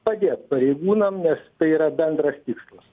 padėt pareigūnam nes tai yra bendras tikslas